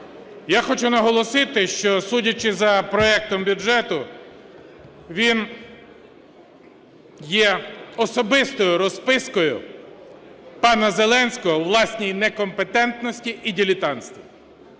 Я хочу наголосити, що судячи за проектом бюджету, він є особистою розпискою пана Зеленського у власній некомпетентності і дилетантстві.